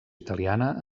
italiana